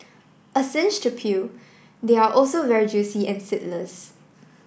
a cinch to peel they are also very juicy and seedless